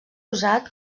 usat